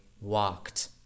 walked